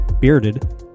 bearded